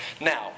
Now